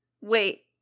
Wait